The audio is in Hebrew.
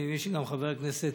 אני מבין שגם חבר הכנסת